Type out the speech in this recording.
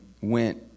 went